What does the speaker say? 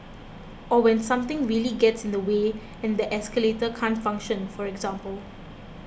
or when something really gets in the way and the escalator can't function for example